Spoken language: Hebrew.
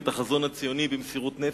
את החזון הציוני במסירות נפש,